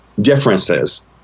differences